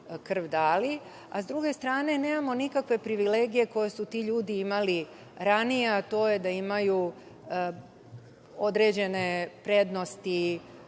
krv dali, a s druge strane nemamo nikakve privilegije koje su ti ljudi imali ranije, a to je da imaju određene prednosti